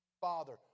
Father